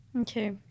okay